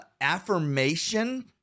affirmation